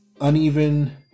uneven